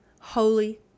Holy